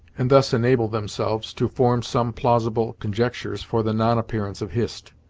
and thus enable themselves to form some plausible conjectures for the non-appearance of hist.